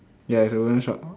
ya it's a wooden shop